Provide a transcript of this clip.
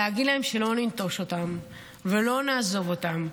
להגיד להן שלא ננטוש אותן ולא נעזוב אותן,